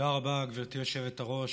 תודה רבה, גברתי היושבת-ראש.